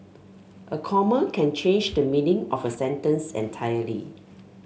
a comma can change the meaning of a sentence entirely